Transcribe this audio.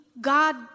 God